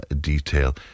detail